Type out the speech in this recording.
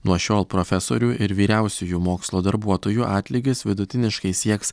nuo šiol profesorių ir vyriausiųjų mokslo darbuotojų atlygis vidutiniškai sieks